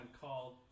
called